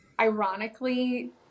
ironically